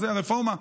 הרפורמה,